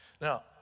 now